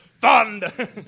Thunder